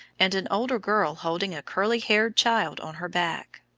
and an older girl holding a curly-haired child on her back.